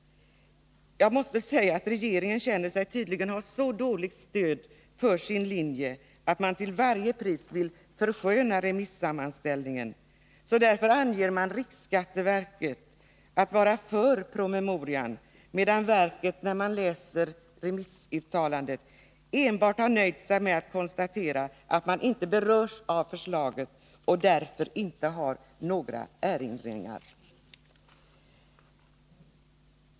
Jag måste säga att regeringen tydligen känner sig ha så dåligt stöd för sin linje att de till varje pris vill försköna remissammanställningen. Därför anger de att riksskatteverket är för promemorian, medan verket, vilket man ser då man läser remissuttalandet, enbart har nöjt sig med att konstatera att det inte berörs av förslaget och därför inte har några erinringar.